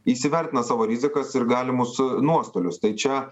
įsivertina savo rizikas ir galimus nuostolius tai čia